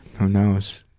who knows.